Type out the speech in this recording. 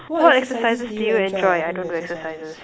what exercises do you enjoy I don't do exercises